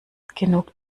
genug